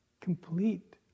complete